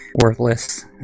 worthless